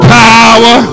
power